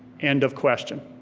end of question,